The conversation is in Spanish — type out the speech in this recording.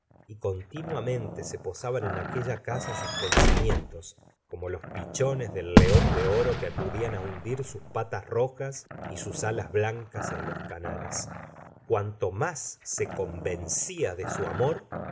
y continuamente se posaban en aquella casa sus pensamientos como los pichones del león de oro que acudían á hundir sus patas rojas y sus alas blancas en los canales cuanto más se convencía de su amor